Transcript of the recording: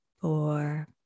four